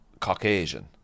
Caucasian